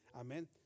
Amen